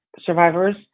survivors